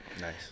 Nice